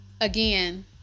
again